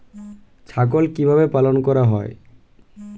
ছাগল কি ভাবে লালন পালন করা যেতে পারে?